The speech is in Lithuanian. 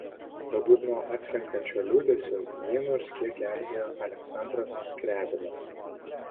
galbūt nuo atslenkančio liūdesio jį nors kiek gelbėjo aleksandras skriabinas